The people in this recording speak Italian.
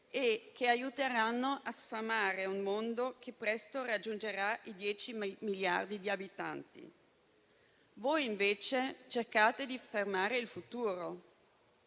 e aiuteranno a sfamare un mondo che presto raggiungerà i 10 miliardi di abitanti. Voi invece cercate di fermare il futuro,